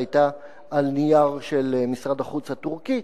והיתה על נייר של משרד החוץ הטורקי.